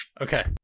Okay